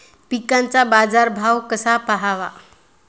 पिकांचा बाजार भाव कसा पहावा?